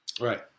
Right